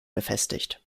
befestigt